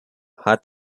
hat